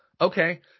Okay